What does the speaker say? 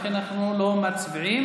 לכן אנחנו לא מצביעים,